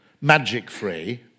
magic-free